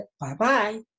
bye-bye